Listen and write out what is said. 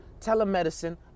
telemedicine